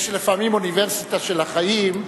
יש לפעמים אוניברסיטה של החיים,